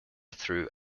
through